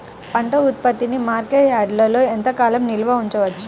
పంట ఉత్పత్తిని మార్కెట్ యార్డ్లలో ఎంతకాలం నిల్వ ఉంచవచ్చు?